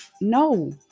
no